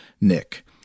Nick